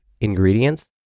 ingredients